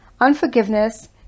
unforgiveness